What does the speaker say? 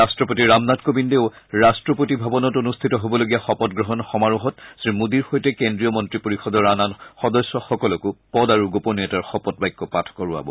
ৰাট্টপতি ৰামনাথ কোবিন্দে ৰাট্টপতিভৱনত অনষ্ঠিত হ বলগীয়া শপত গ্ৰহণ সমাৰোহত শ্ৰীমোদীৰ সৈতে কেন্দ্ৰীয় মন্ত্ৰী পৰিষদৰ আন আন সদস্যসকলক পদ আৰু গোপনীয়তাৰ শপত বাক্য পাঠ কৰোৱাব